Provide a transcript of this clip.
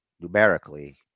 numerically